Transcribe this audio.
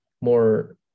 more